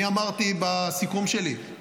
אני אמרתי בסיכום שלי,